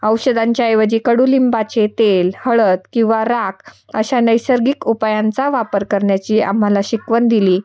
औषधांच्या ऐवजी कडुलिंबाचे तेल हळद किंवा राख अशा नैसर्गिक उपायांचा वापर करण्याची आम्हाला शिकवण दिली